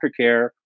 aftercare